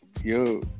yo